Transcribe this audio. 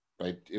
right